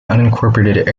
unincorporated